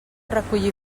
recollir